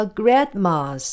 grandmas